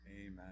amen